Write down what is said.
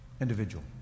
individual